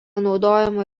naudojama